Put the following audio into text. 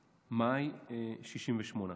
במאי, 68,